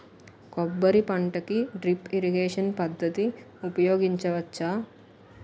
కొబ్బరి పంట కి డ్రిప్ ఇరిగేషన్ పద్ధతి ఉపయగించవచ్చా?